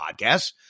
podcasts